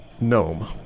gnome